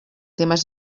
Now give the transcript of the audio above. temas